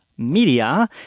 Media